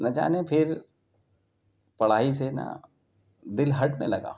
نہ جانے پھر پڑھائی سے نا دل ہٹنے لگا